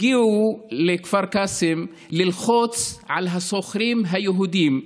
הגיעו לכפר קאסם ללחוץ על השוכרים היהודים,